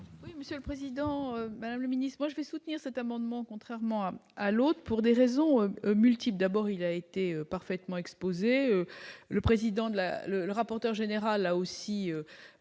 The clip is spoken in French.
Monsieur le Président, Madame le Ministre, moi je vais soutenir cet amendement, contrairement à l'autre pour des raisons multiples, d'abord, il a été parfaitement exposé, le président de la